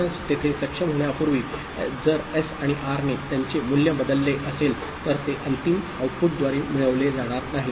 म्हणूनच तेथे सक्षम होण्यापूर्वी जर एस आणि आरने त्यांचे मूल्य बदलले असेल तर ते अंतिम आउटपुटद्वारे मिळविले जाणार नाही